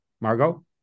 Margot